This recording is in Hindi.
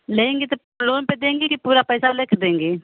लेंगे तो लोन पे देंगी कि पूरा पैसा लेके देंगी